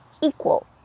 equal